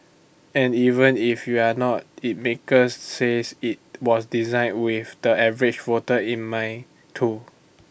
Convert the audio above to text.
and even if you're not IT makers says IT was designed with the average voter in mind too